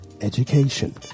education